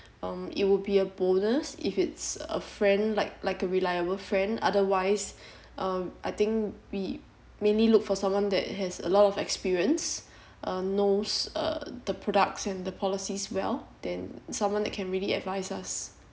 um it will be a bonus if it's a friend like like a reliable friend otherwise um I think we mainly look for someone that has a lot of experience uh knows uh the products and the policies well then someone that can really advice us